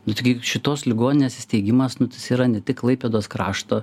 nu tai jeigu šitos ligoninės įsteigimas nu tai jis yra ne tik klaipėdos krašto